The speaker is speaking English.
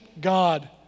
God